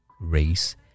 race